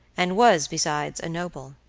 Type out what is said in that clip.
and was, beside, a noble.